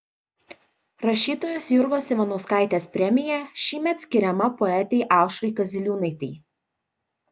rašytojos jurgos ivanauskaitės premija šįmet skiriama poetei aušrai kaziliūnaitei